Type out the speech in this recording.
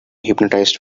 hypnotized